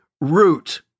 root